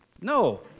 No